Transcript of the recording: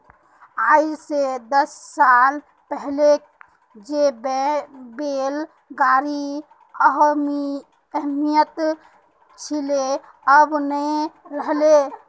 आइज स दस साल पहले जे बैल गाड़ीर अहमियत छिले अब नइ रह ले